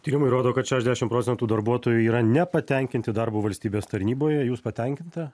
tyrimai rodo kad šešiasdešim procentų darbuotojų yra nepatenkinti darbu valstybės tarnyboje jūs patenkinta